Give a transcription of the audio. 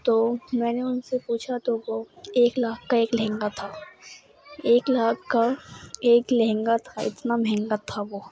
تو میں نے ان سے پوچھا تو وہ ایک لاکھ کا ایک لہنگا تھا ایک لاکھ کا ایک لہنگا تھا اتنا مہنگا تھا وہ